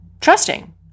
trusting